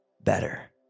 better